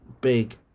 big